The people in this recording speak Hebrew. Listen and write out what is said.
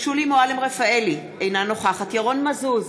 שולי מועלם-רפאלי, אינה נוכחת ירון מזוז,